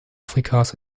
afrikas